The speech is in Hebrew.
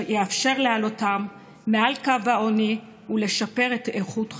יאפשר להעלותם מעל קו העוני ולשפר את איכות חייהם.